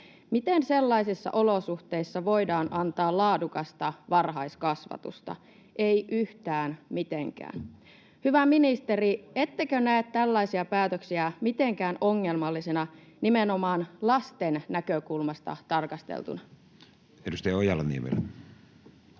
Miten sellaisissa olosuhteissa voidaan antaa laadukasta varhaiskasvatusta? Ei yhtään mitenkään. Hyvä ministeri, ettekö näe tällaisia päätöksiä mitenkään ongelmallisina nimenomaan lasten näkökulmasta tarkasteltuna? [Speech